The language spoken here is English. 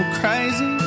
crazy